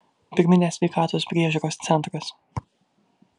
pirminės sveikatos priežiūros centras